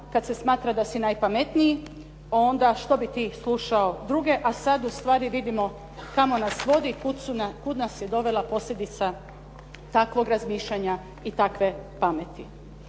kad se smatra da si najpametniji što bi ti slušao druge, a sad ustvari vidimo kamo nas vodi i kud nas je dovela posljedica takvog razmišljanja i takve pameti.